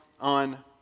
on